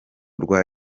rwa